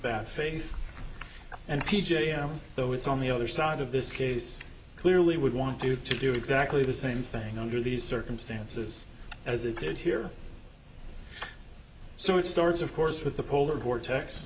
bad faith and p j r though it's on the other side of this case clearly would want to do exactly the same thing under these circumstances as it did here so it starts of course with the polar vortex